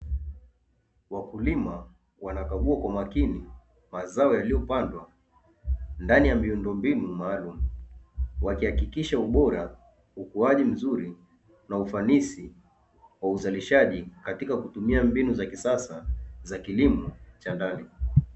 Wakulima wanakagua kwa makini mazao yaliyopandwa ndani ya miundombinu maalumu. Wakihakikisha ubora, ukuaji mzuri na ufanisi wa uzalishaji katika kutumia mbinu za kisasa za kilimo cha ndani.